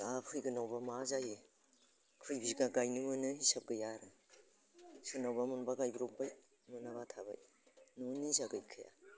दा फैगोनावब्ला मा जायो खै बिगा गायनो मोनो हिसाब गैया आरो सोरनावबा मोनब्ला गायब्रबबाय मोनाबा थाबाय न'नि निजा गैखाया